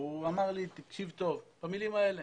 הוא אמר לי במילים האלה: